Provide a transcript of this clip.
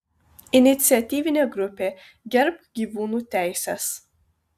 iniciatyvinė grupė gerbk gyvūnų teises